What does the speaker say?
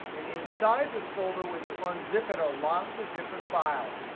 and inside this folder when you unzip it are lots of different files.